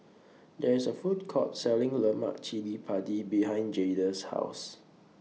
There IS A Food Court Selling Lemak Cili Padi behind Jayda's House